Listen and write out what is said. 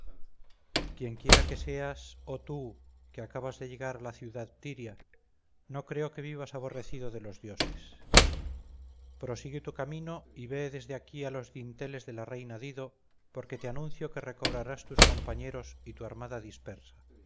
dolor quienquiera que seas oh tú que acabas de llegar a la ciudad tiria no creo que vivas aborrecido de los dioses prosigue tu camino y ve desde aquí a los dinteles de la reina dido porque te anuncio que recobrarás tus compañeros y tu armada dispersa